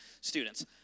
students